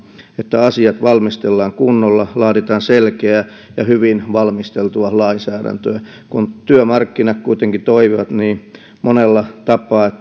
että asiat valmistellaan kunnolla laaditaan selkeää ja hyvin valmisteltua lainsäädäntöä kun työmarkkinat kuitenkin toimivat niin monella tapaa